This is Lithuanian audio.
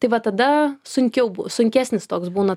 tai va tada sunkiau bu sunkesnis toks būna